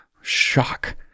shock